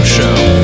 Show